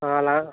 అలా